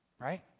Right